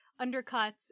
undercuts